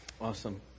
Awesome